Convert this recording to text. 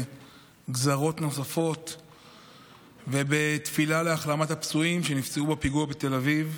בגזרות נוספות ובתפילה להחלמת הפצועים שנפצעו בפיגוע בתל אביב.